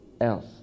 else